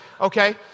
Okay